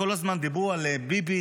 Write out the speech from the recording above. כל הזמן דיברו על ביבי,